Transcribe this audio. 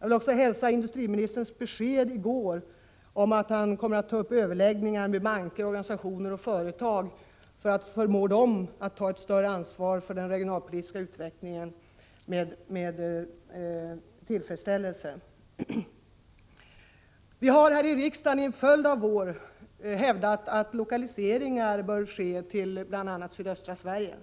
Jag hälsar med tillfredsställelse industriministerns besked i går om att han kommer att ta upp överläggningar med banker, organisationer och företag för att förmå dem att ta ett större ansvar för den regionalpolitiska utvecklingen. Vi har här i riksdagen under en följd av år hävdat att lokaliseringar bör ske till bl.a. sydöstra Sverige.